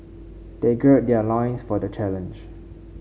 they gird their loins for the challenge